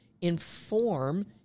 inform